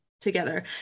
together